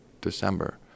December